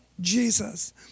Jesus